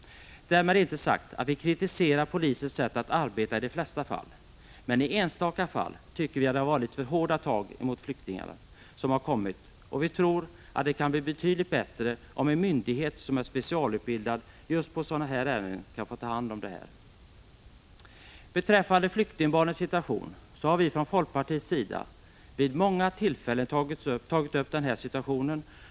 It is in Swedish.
Därmed inte sagt att vi kritiserar polisens sätt att arbeta i de flesta fall, men i enstaka fall tycker vi att det har varit litet för hårda tag emot de flyktingar som har kommit. Vi tror att det kan bli betydligt bättre om en myndighet som är specialutbildad just på sådana här ärenden kan få ta hand om detta. Vi har från folkpartiets sida vid många tillfällen tagit upp flyktingbarnens situation.